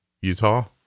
Utah